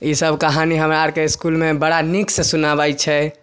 ईसब कहानी हमरा अर के स्कूल मे बड़ा नीक से सुनाबै छै